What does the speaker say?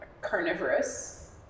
carnivorous